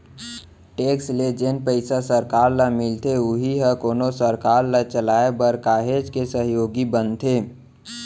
tax ले जेन पइसा सरकार ल मिलथे उही ह कोनो सरकार ल चलाय बर काहेच के सहयोगी बनथे